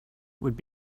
would